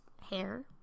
Hair